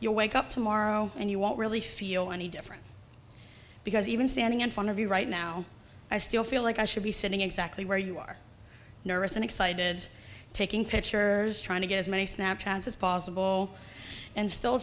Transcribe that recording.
you wake up tomorrow and you won't really feel any different because even standing in front of you right now i still feel like i should be sitting exactly where you are nervous and excited taking pictures trying to get as many snapshots as possible and still